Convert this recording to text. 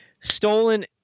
stolen